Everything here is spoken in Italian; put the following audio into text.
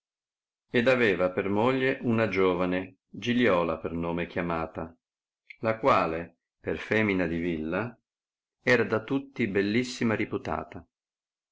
ed aveva per moglie una giovane giliola per nome chiamata la quale per femina di villa era da tutti bellissima riputata